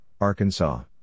Arkansas